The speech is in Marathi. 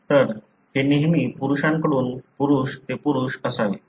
तर हे नेहमी पुरुषाकडून पुरुष ते पुरुष असावे